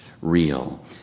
real